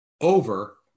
over